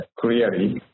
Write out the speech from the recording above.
clearly